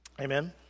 Amen